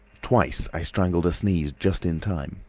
twice i strangled a sneeze just in time.